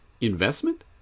investment